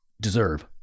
deserve